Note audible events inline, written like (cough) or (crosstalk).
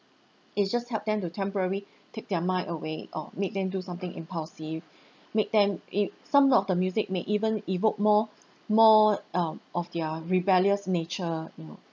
it just help them to temporary (breath) take their mind away or make them do something impulsive make them eat some of the music may even evoke more (breath) more um of their rebellious nature you know